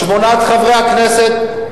שמונת חברי הכנסת,